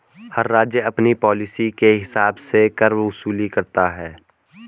हर राज्य अपनी पॉलिसी के हिसाब से कर वसूली करता है